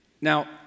now